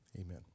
Amen